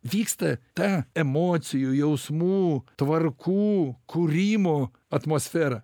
vyksta ta emocijų jausmų tvarkų kūrimo atmosferą